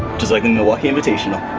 just like the milwaukee invitational.